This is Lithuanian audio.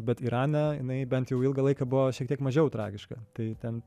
bet irane jinai bent jau ilgą laiką buvo šiek tiek mažiau tragiška tai ten